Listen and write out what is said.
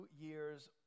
years